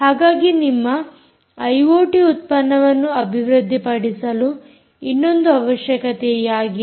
ಹಾಗಾಗಿ ನಿಮ್ಮ ಐಓಟಿ ಉತ್ಪನ್ನವನ್ನು ಅಭಿವೃದ್ದಿ ಪಡಿಸಲು ಇನ್ನೊಂದು ಅವಶ್ಯಕತೆಯಾಗಿದೆ